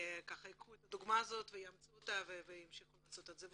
ייקחו את הדוגמה הזאת ויאמצו אותה וימשיכו לעשות את זה.